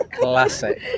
classic